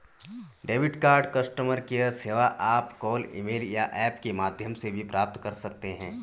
debit card customer care सेवा आप call email या ऐप के माध्यम से भी प्राप्त कर सकते हैं